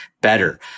better